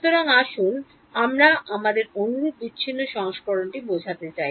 সুতরাং আসুন আমরা আমাদের অনুরূপ বিচ্ছিন্ন সংস্করণটি বোঝাতে চাই